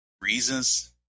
reasons